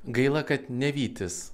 gaila kad ne vytis